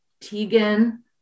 Tegan